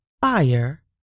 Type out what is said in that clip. fire